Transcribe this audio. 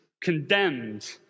condemned